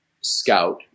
scout